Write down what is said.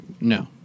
No